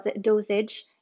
dosage